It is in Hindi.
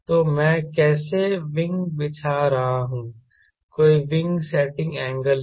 तो मैं कैसे विंग बिछा रहा हूं कोई विंग सेटिंग एंगल नहीं